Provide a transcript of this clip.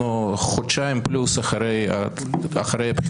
אנחנו חודשיים פלוס אחרי הבחירות,